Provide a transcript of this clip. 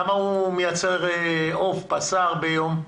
כמה עוף ובשר הוא מייצר ביום?